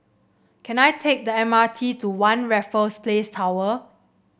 can I take the M R T to One Raffles Place Tower